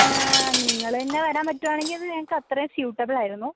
നിങ്ങള് തന്നെ വരാൻ പറ്റുവാണെങ്കിൽ അത് ഞങ്ങൾക്കത്രയും സ്യൂട്ടബിളായിരുന്നു